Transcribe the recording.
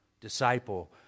disciple